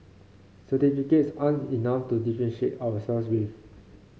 certificates aren't enough to differentiate ourselves with